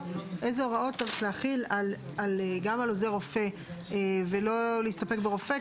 איזה הוראות צריך להחיל גם על עוזר רופא ולא להסתפק ברופא.